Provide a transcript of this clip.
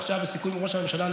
כידוע, יקרה לליבי.